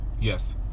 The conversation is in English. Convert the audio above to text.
Yes